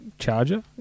Charger